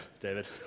David